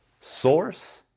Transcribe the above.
source